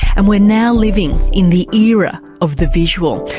and we're now living in the era of the visual.